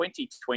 2020